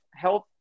health